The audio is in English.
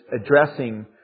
addressing